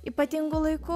ypatingu laiku